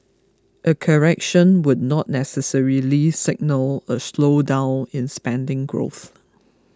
a correction would not necessarily signal a slowdown in spending growth